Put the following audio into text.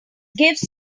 gives